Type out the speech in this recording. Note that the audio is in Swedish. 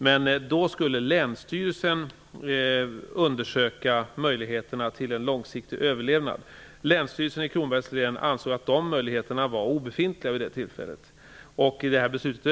Länsstyrelsen skulle då undersöka möjligheterna för en långsiktig överlevnad. Länsstyrelsen i Kronobergs län ansåg att de möjligheterna vid det tillfället var obefintliga.